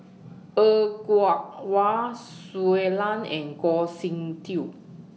Er Kwong Wah Shui Lan and Goh Sin Tub